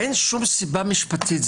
אין שום סיבה משפטית.